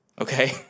Okay